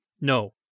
No